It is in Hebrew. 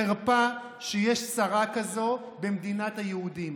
חרפה שיש שרה כזו במדינת היהודים.